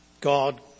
God